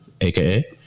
aka